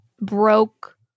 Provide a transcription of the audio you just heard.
broke